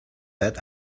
that